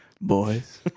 Boys